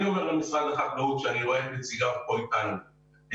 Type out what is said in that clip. אני אומר למשרד החקלאות שאני רואה את נציגיו כאן אתנו שאת